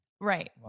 Right